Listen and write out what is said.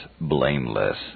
blameless